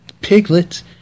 piglet